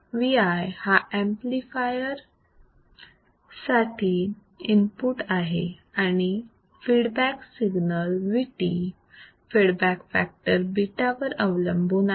Vi हा amplifier साठी input आहे आणि feedback signal Vt feedback factor β वर अवलंबून आहे